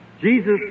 Jesus